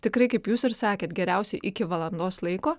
tikrai kaip jūs ir sakėt geriausia iki valandos laiko